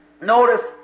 Notice